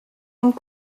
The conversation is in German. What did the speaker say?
und